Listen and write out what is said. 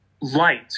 light